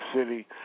City